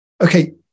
okay